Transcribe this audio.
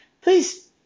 please